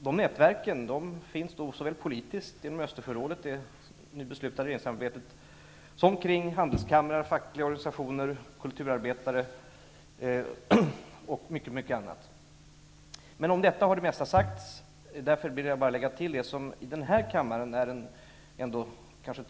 Dessa nätverk finns såväl politiskt inom Östersjöområdet som kring handelskamrar, fackliga organisationer, kulturarbetare m.m. Om detta har det mesta sagts. Därför vill jag bara tala om en kanske tråkig nyhet för denna kammare.